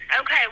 Okay